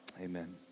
Amen